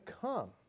come